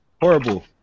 horrible